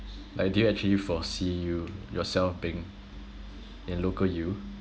like did you actually foresee you yourself being in local U